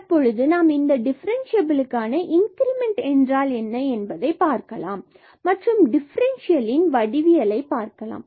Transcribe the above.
தற்பொழுது நாம் இந்த டிஃபரண்ட்சியபிலுக்கான இன்கிரிமெண்ட் என்றால் என்ன என்பதைப் பார்க்கலாம் மற்றும் டிஃபரண்ட்சியல் வடிவியலை பார்க்கலாம்